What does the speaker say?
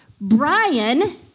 Brian